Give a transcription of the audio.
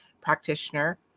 practitioner